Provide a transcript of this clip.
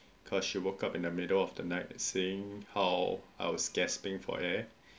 cause she woke up in the middle of the night and seeing how I was gasping for air